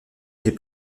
les